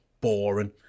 boring